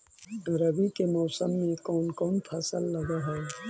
रवि के मौसम में कोन कोन फसल लग है?